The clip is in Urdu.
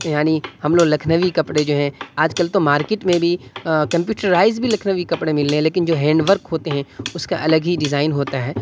یعنی ہم لوگ لکھنوی کپڑے جو ہیں آج کل تو مارکیٹ میں بھی کمپیوٹرائز بھی لکھنوی کپڑے مل رہے ہیں لینک جو ہینڈ ورک ہوتے ہیں اس کا الگ ہی ڈیزائن ہوتا ہے